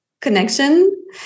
connection